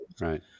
right